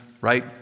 right